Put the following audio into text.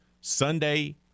Sunday